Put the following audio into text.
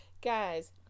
Guys